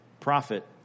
Prophet